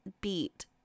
beat